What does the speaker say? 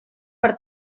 per